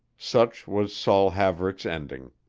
such was saul haverick's ending.